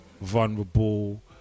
vulnerable